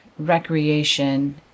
Recreation